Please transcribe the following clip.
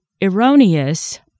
erroneous